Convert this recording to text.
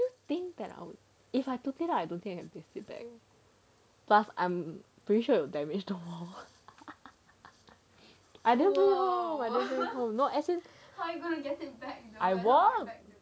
why you think that I would if I took it out I don't think I could fix it back plus I'm pretty sure it will damage the wall I didn't bring home I didn't bring home no as in I